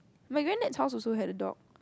my granddad's house also had a dog